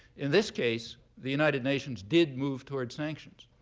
in this case, the united nations did move toward sanctions,